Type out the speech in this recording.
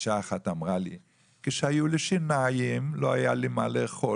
קשישה אחת אמרה לי: כשהיו לי שיניים לא היה לי מה לאכול,